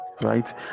right